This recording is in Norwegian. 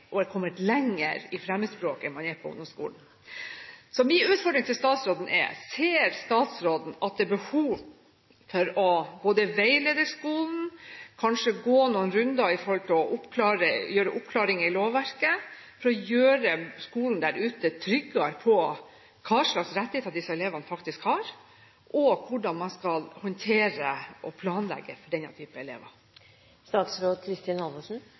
og har kommet lenger i fremmedspråk enn man har på ungdomsskolen. Så min utfordring til statsråden er: Ser statsråden at det er behov for å veilede skolen – kanskje gå noen runder for å gjøre noen oppklaringer i lovverket for å gjøre skolen der ute tryggere på hva slags rettigheter disse elevene faktisk har – i hvordan man skal håndtere, og planlegge for, denne type elever?